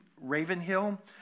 Ravenhill